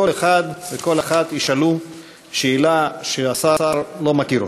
כל אחד וכל אחת ישאלו שאלה שהשר לא מכיר.